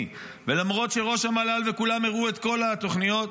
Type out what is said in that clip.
ולמרות שראש המל"ל וכולם הראו את כל התוכניות,